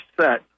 set